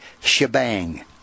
shebang